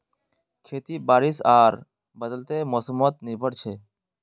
खेती बारिश आर बदलते मोसमोत निर्भर छे